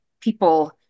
people